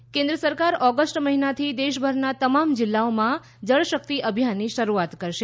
RS Jalshakti કેન્દ્ર સરકાર August મહિનાથી દેશભરના તમામ જિલ્લાઓમાં જળશક્તિ અભિયાનની શરૂઆત કરશે